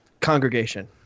congregation